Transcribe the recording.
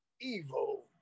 evil